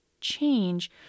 change